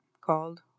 called